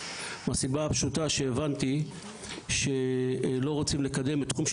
מהסיבה הפשוטה שהבנתי שלא רוצים לקדם את התחום של